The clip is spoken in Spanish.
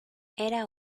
era